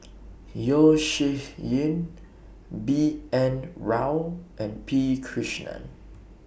Yeo Shih Yun B N Rao and P Krishnan